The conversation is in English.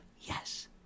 Yes